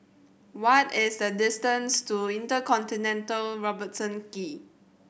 what is the distance to InterContinental Robertson Quay